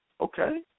Okay